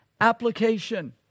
application